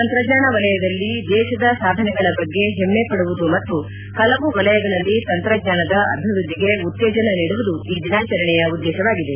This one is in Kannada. ತಂತ್ರಜ್ಞಾನ ವಲಯದಲ್ಲಿ ದೇತದ ಸಾಧನೆಗಳ ಬಗ್ಗೆ ಹೆಮ್ಮೆ ಪಡುವುದು ಮತ್ತು ಪಲವು ವಲಯಗಳಲ್ಲಿ ತಂತ್ರಜ್ಞಾನದ ಅಭಿವೃದ್ಧಿಗೆ ಉತ್ತೇಜನ ನೀಡುವುದು ಈ ದಿನಾಚರಣೆಯ ಉದ್ದೇಶವಾಗಿದೆ